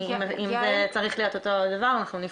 אם זה צריך להיות אותו דבר, אנחנו נבחן.